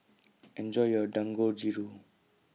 Enjoy your Dangojiru